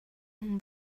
хүн